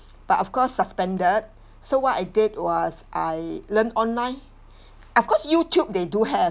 but of course suspended so what I did was I learn online of course YouTube they do have